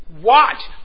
watch